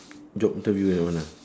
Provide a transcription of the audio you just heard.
job interview that one ah